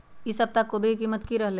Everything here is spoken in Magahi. ई सप्ताह कोवी के कीमत की रहलै?